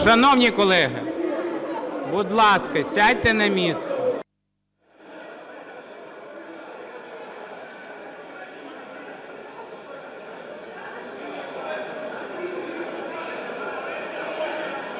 Шановні колеги, будь ласка, сядьте на місце.